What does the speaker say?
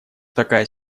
такая